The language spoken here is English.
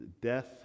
Death